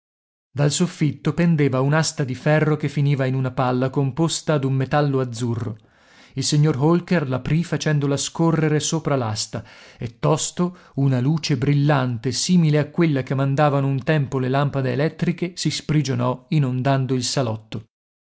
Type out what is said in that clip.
dal soffitto pendeva un'asta di ferro che finiva in una palla composta d'un metallo azzurro il signor holker l'aprì facendola scorrere sopra l'asta e tosto una luce brillante simile a quella che mandavano un tempo le lampade elettriche si sprigionò inondando il salotto